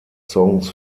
songs